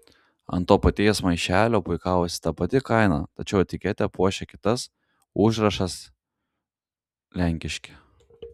ant to paties maišelio puikavosi ta pati kaina tačiau etiketę puošė kitas užrašas lenkiški